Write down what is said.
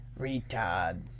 Retard